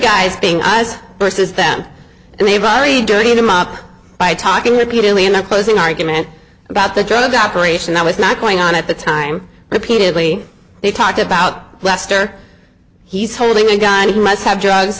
guys being us versus them and they probably doing them up by talking repeatedly in opposing argument about the drug operation that was not going on at the time repeatedly he talked about lester he's holding a gun he must have drugs